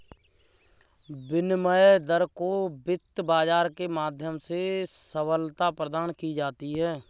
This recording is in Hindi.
विनिमय दर को वित्त बाजार के माध्यम से सबलता प्रदान की जाती है